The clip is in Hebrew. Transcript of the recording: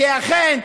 כי אכן,